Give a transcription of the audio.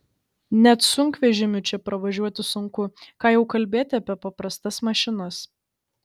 net sunkvežimiu čia pravažiuoti sunku ką jau kalbėti apie paprastas mašinas